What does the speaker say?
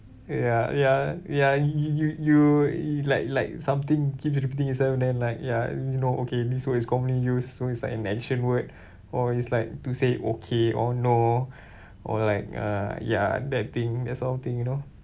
ya ya ya you you you you like like something keeps repeating itself then like ya and you know okay this word is commonly used so it's like an action word or it's like to say okay or no or like uh ya that thing that sort of thing you know